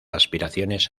aspiraciones